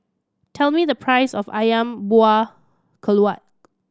tell me the price of Ayam Buah Keluak